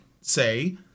say